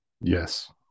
Yes